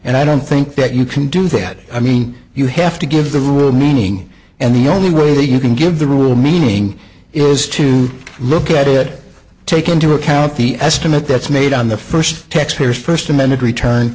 and i don't think that you can do that i mean you have to give the rule meaning and the only way that you can give the rule meaning is to look at it take into account the estimate that's made on the first taxpayers first amended return